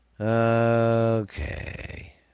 Okay